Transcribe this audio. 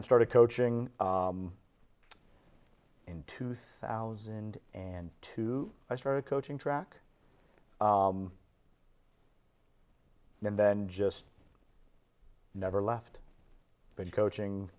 and started coaching in two thousand and two i started coaching track and then just never left been coaching